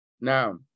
Now